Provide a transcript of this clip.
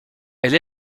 elle